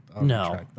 No